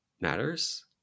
matters